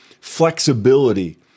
flexibility